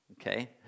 okay